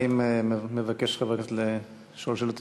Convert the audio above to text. האם מבקש חבר הכנסת לשאול שאלות המשך?